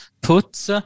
put